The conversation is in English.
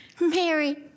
Mary